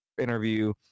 interview